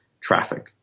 traffic